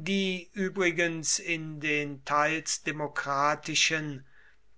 die übrigens in den teils demokratischen